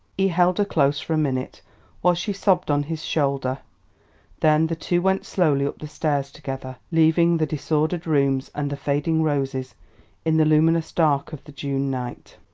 he held her close for a minute while she sobbed on his shoulder then the two went slowly up the stairs together, leaving the disordered rooms and the fading roses in the luminous dark of the june night.